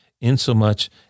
insomuch